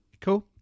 Cool